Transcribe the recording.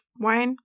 wine